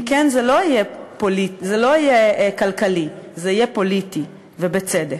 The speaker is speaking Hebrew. אם כן, זה לא יהיה כלכלי, זה יהיה פוליטי, ובצדק.